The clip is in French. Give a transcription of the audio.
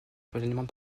pleinement